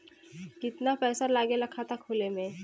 कितना पैसा लागेला खाता खोले में?